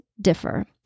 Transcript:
differ